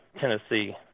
Tennessee –